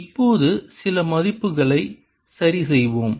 இப்போது சில மதிப்புகளை சரிசெய்வோம்